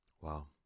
Wow